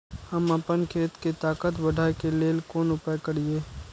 हम आपन खेत के ताकत बढ़ाय के लेल कोन उपाय करिए?